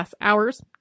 hours